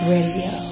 Radio